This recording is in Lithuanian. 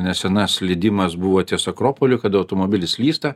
nesena slydimas buvo ties akropoliu kada automobilis slysta